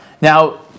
Now